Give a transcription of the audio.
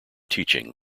teaching